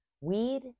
Weed